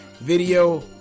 video